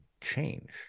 change